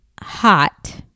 Hot